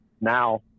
now